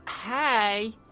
Hey